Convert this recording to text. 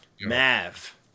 mav